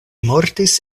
mortis